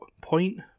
point